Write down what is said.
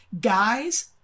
Guys